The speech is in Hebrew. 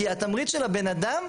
כי התמריץ של הבן אדם,